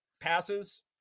passes